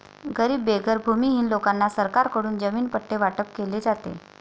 गरीब बेघर भूमिहीन लोकांना सरकारकडून जमीन पट्टे वाटप केले जाते